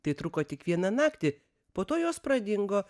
tai truko tik vieną naktį po to jos pradingo